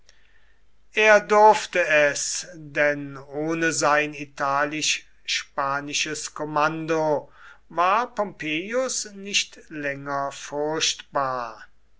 er durfte es denn ohne sein italisch spanisches kommando war pompeius nicht länger furchtbar